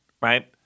Right